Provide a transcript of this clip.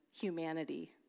humanity